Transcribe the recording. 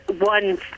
one